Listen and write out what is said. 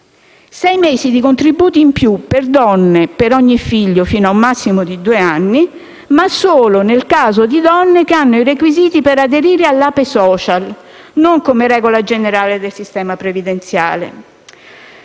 Sei mesi di contributi in più per le donne, per ogni figlio fino a un massimo di due anni, ma solo nel caso di donne che abbiano i requisiti per aderire all'APE *social*, e non come regola generale del sistema previdenziale.